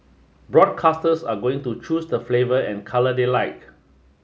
broadcasters are going to choose the flavour and colour they like